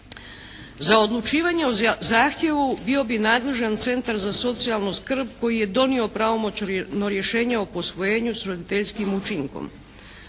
Za odlučivanje o zahtjevu bio bi nadležan Centar za socijalnu skrb koji je donio pravomoćno rješenje o posvojenju s roditeljskim učinkom.